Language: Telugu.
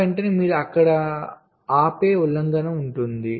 ఉన్న వెంటనే మీరు అక్కడ ఆపే ఉల్లంఘన ఉంది